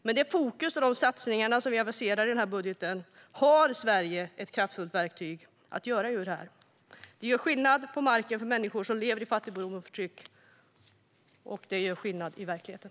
Med det fokus och de satsningar som vi aviserar i budgeten har Sverige ett kraftfullt verktyg för att göra detta. Det gör skillnad på marken för människor som lever i fattigdom och förtryck, och det gör skillnad i verkligheten.